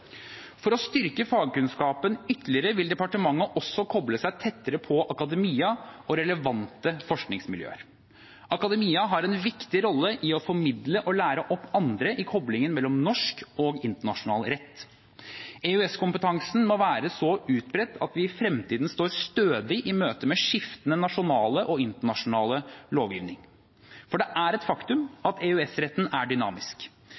For å styrke fagkunnskapen ytterligere vil departementet også koble seg tettere på akademia og relevante forskningsmiljøer. Akademia har en viktig rolle i å formidle og lære opp andre i koblingen mellom norsk og internasjonal rett. EØS-kompetansen må være så utbredt at vi i fremtiden står stødig i møte med skiftende nasjonal og internasjonal lovgivning, for det er et faktum at EØS-retten er dynamisk.